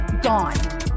gone